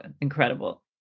incredible